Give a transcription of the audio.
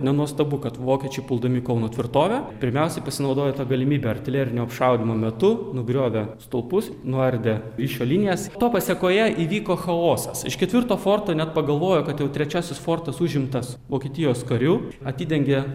nenuostabu kad vokiečiai puldami kauno tvirtovę pirmiausia pasinaudojo ta galimybe artilerinio apšaudymo metu nugriovė stulpus nuardė ryšio linijas to pasekoje įvyko chaosas iš ketvirto forto net pagalvojo kad jau trečiasis fortas užimtas vokietijos karių atidengė